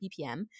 BPM